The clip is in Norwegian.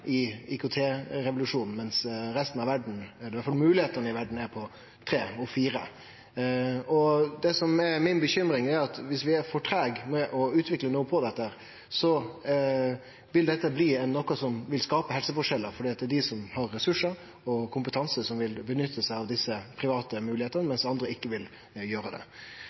i IKT-revolusjonen, mens resten av verda – eller iallfall moglegheitene i verda – er på steg tre og fire. Det som er mi bekymring, er at viss vi er for treige med å utvikle noko på dette, vil dette skape helseforskjellar, fordi dei som har ressursar og kompetanse, vil nytte desse private moglegheitene, mens andre ikkje vil gjere det.